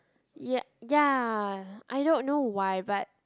y~ ya I don't know why but